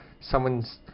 someone's